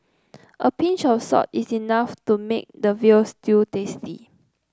a pinch of salt is enough to make the veal stew tasty